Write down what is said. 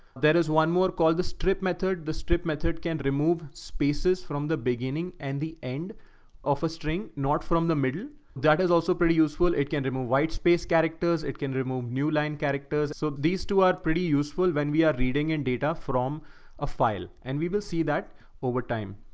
is one more called the strip method. the strip method can remove spaces from the beginning and the end offer string, not from the middle. that is also pretty useful. it can remove white space characters, it can remove new line characters. so these two are pretty useful when we are reading and data from a file and we will see that over time.